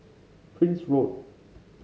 Prince Road